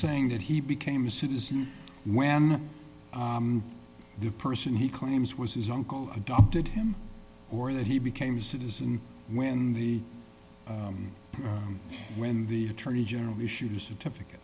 saying that he became a citizen when the person he claims was his uncle adopted him or that he became a citizen when the when the attorney general issue certificate